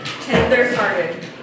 tender-hearted